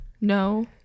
No